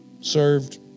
served